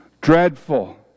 dreadful